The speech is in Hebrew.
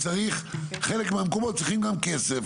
וחלק מהמקומות צריכים גם כסף.